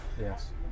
yes